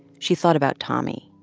she thought about tommy,